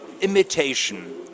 imitation